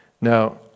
Now